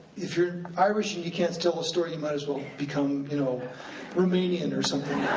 if you're irish and you can't tell a story you might as well become you know romanian or something,